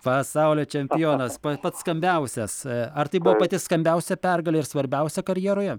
pasaulio čempionas pa pats skambiausias ar tai buvo pati skambiausia pergalė ir svarbiausia karjeroje